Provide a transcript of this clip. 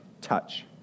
touch